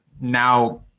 now